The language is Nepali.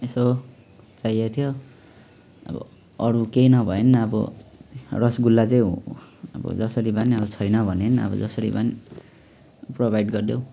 यसो चाहिएको थियो अब अरू केही नभए अब रसगुल्ला चाहिँ अब जसरी भए पनि अब छैन भने नि अब जसरी भए पनि प्रोभाइड गरिदेऊ